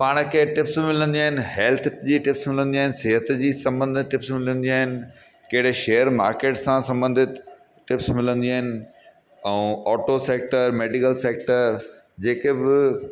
पाण खे टिप्स मिलंदियूं आहिनि हैल्थ जी टिप्स मिलंदियूं आहिनि सिहतु जी संबंध टिप्स मिलंदियूं आहिनि कहिड़े शेयर मार्किट सां संबंधित टिप्स मिलंदियूं आहिनि ऐं ऑटो साइड त मैडिकल साइड त जेके बि